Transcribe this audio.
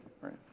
Right